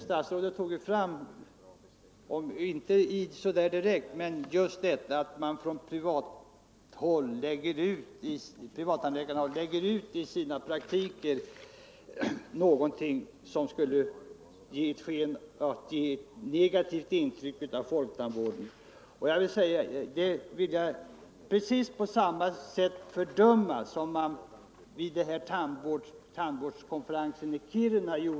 Statsrådet drog fram — inte direkt men antydde dock — att privattandläkarna lägger ut i sina praktiker någonting som skulle ge ett negativt sken åt folktandvården. Detta vill jag fördöma precis på samma sätt som jag fördömer det uttalande som gjordes från ansvarigt håll vid tandvårdskonferensen i Kiruna.